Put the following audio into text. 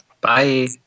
Bye